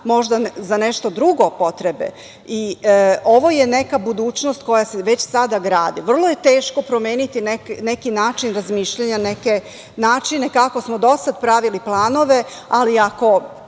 možda za nešto drugo potrebe. Ovo je neka budućnost koja se već sada gradi. Vrlo je teško promeniti neki način razmišljanja, neke načine kako smo do sada pravili planove, ali ako